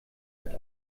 hat